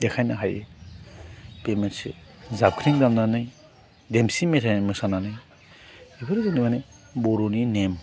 देखायनो हायो बे मोनसे जाबस्रिं दामनानै देमसि मेथाइ मोसानानै बेफोरो जोंनि मोने बर'नि नेम